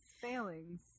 failings